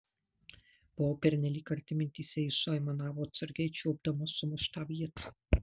buvau pernelyg arti mintyse ji suaimanavo atsargiai čiuopdama sumuštą vietą